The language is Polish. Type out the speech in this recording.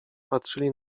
patrzyli